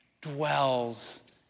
dwells